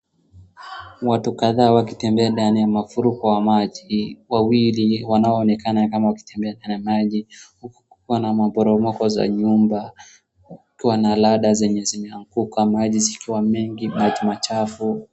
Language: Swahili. Watu kadhaa wakitembe ndani ya mafuriko wa maji. Wawili wanaonekana kama wakitembea kwenye maji huku kukiwa na maporomo za nyumba, kukiwa na randa zenye zimeanguka. Maji zingine maji machafu.